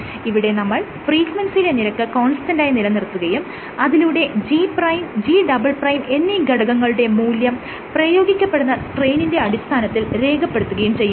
ഇവിടെ നമ്മൾ ഫ്രീക്വൻസിയുടെ നിരക്ക് കോൺസ്റ്റന്റായി നിലനിർത്തുകയും അതിലൂടെ G' G" എന്നീ ഘടകങ്ങളുടെ മൂല്യം പ്രയോഗിക്കപ്പെടുന്ന സ്ട്രെയ്നിന്റെ അടിസ്ഥാനത്തിൽ രേഖപ്പെടുത്തുകയും ചെയ്യുന്നു